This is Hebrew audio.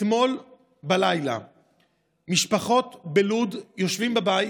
אתמול בלילה משפחות בלוד יושבות בבית,